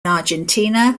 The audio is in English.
argentina